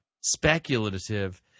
speculative